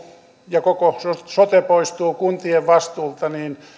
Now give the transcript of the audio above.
ja koko sote poistuu kuntien vastuulta niin